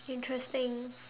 interesting